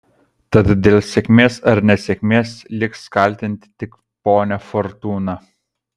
tad dėl sėkmės ar nesėkmės liks kaltinti tik ponią fortūną